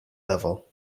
level